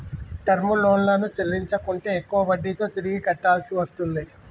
term లోన్లను చెల్లించకుంటే ఎక్కువ వడ్డీతో తిరిగి కట్టాల్సి వస్తుంది